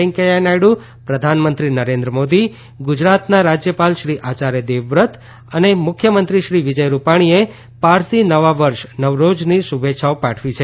વેંકૈયા નાયડુ પ્રધાનમંત્રી નરેન્દ્ર મોદી ગુજરાતના રાજ્યપાલ શ્રી આચાર્ય દેવવ્રત અને મુખ્યમંત્રી શ્રી વિજય રૂપાણીએ પારસી નવા વર્ષ નવરોઝની શુભેચ્છાઓ પાઠવી છે